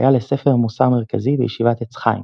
שהיה לספר מוסר מרכזי בישיבת עץ חיים,